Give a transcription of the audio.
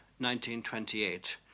1928